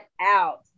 out